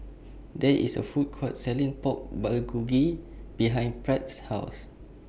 There IS A Food Court Selling Pork Bulgogi behind Pratt's House